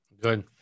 Good